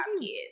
kids